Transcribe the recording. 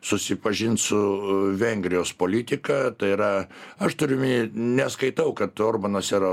susipažint su vengrijos politika tai yra aš turiu omeny neskaitau kad orbanas yra